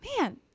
man